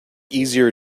easier